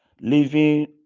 living